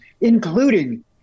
including